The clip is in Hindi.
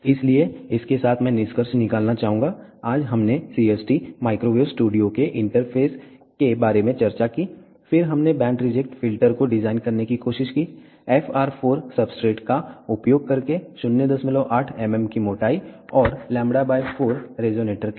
इसलिए इसके साथ मैं निष्कर्ष निकालना चाहूंगा आज हमने CST माइक्रोवेव स्टूडियो के इंटरफ़ेस के बारे में चर्चा की फिर हमने बैंड रिजेक्ट फिल्टर को डिजाइन करने की कोशिश की FR4 सब्सट्रेट का उपयोग करके 08 mm की मोटाई और λ 4 रेजोनेटर के साथ